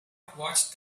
watched